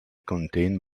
contain